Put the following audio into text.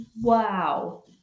Wow